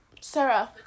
Sarah